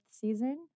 season